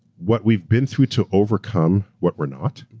what we've been through to overcome what we're not,